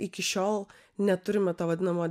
iki šiol neturime to vadinamo